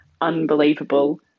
unbelievable